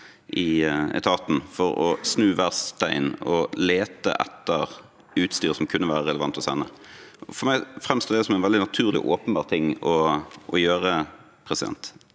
i etaten om å snu hver stein og lete etter utstyr som kunne være relevant å sende. For meg framstår det som en veldig naturlig og åpenbar ting å gjøre. Det